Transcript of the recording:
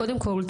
קודם כל,